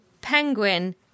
penguin